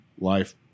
life